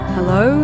Hello